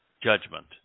judgment